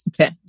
Okay